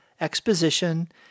exposition